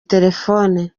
telefone